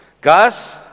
guys